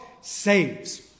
saves